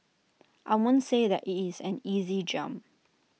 I won't say that IT is an easy jump